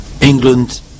England